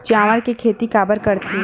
चावल के खेती काबर करथे?